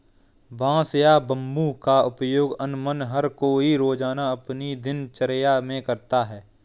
बांस या बम्बू का उपयोग अमुमन हर कोई रोज़ाना अपनी दिनचर्या मे करता है